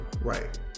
Right